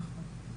נכון,